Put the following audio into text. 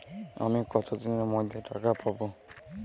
আমি কতদিনের মধ্যে টাকা পাবো?